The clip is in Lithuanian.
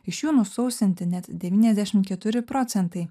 iš jų nusausinti net devyniasdešimt keturi procentai